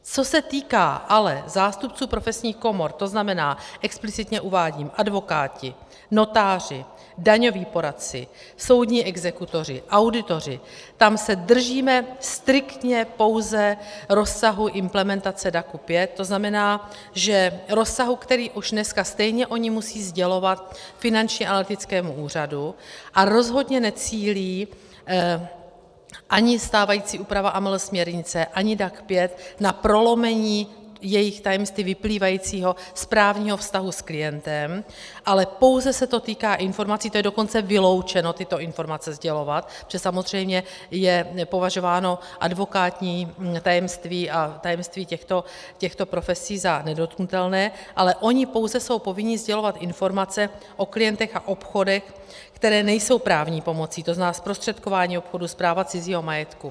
Co se týká ale zástupců profesních komor, to znamená, explicitně uvádím advokáti, notáři, daňoví poradci, soudní exekutoři, auditoři, tam se držíme striktně pouze rozsahu implementace DAC 5, to znamená rozsahu, který už dneska stejně oni musí sdělovat Finančnímu analytickému úřadu, a rozhodně necílí ani stávající úprava AML směrnice ani DAC 5 na prolomení jejich tajemství vyplývajícího z právního vztahu s klientem, ale pouze se to týká informací to je dokonce vyloučeno, tyto informace sdělovat, protože samozřejmě je považováno advokátní tajemství a tajemství těchto profesí za nedotknutelné, ale oni pouze jsou povinni sdělovat informace o klientech a obchodech, které nejsou právní pomocí, to znamená zprostředkování obchodů, správa cizího majetku.